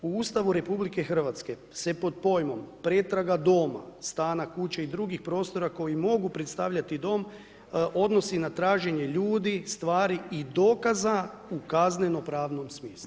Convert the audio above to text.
U Ustavu RH se pod pojmom, pretraga doma, stana, kuće i drugih prostora koji mogu predstavljati dom odnosi na traženje ljudi, stvari i dokaza u kaznenopravnom smislu.